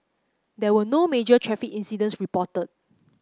there were no major traffic incidents reported